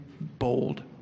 bold